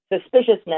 suspiciousness